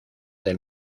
del